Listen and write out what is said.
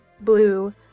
blue